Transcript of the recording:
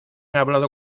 hablado